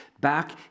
back